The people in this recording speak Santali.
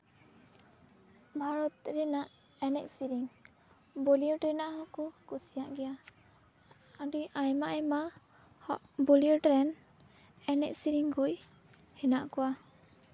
ᱵᱷᱟᱨᱚᱛ ᱨᱮᱱᱟᱜ ᱮᱱᱮᱡ ᱥᱮᱨᱮᱧ ᱵᱚᱞᱤᱭᱩᱰ ᱨᱮᱭᱟᱜ ᱦᱚᱸᱠᱚ ᱠᱩᱥᱤᱭᱟᱜ ᱜᱮᱭᱟ ᱟᱹᱰᱤ ᱟᱭᱢᱟᱼᱟᱭᱢᱟ ᱵᱚᱞᱤᱭᱩᱰ ᱨᱮᱱ ᱮᱱᱮᱡ ᱥᱮᱨᱮᱧ ᱠᱩᱡ ᱦᱮᱱᱟᱜ ᱠᱚᱣᱟ